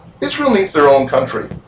Israel-needs-their-own-country